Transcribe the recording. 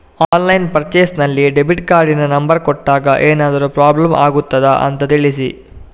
Online purchase ನಲ್ಲಿ debit ಕಾರ್ಡಿನ number ಕೊಟ್ಟಾಗ ಏನಾದರೂ ಪ್ರಾಬ್ಲಮ್ ಆಗುತ್ತದ ಅಂತ ತಿಳಿಸಿ?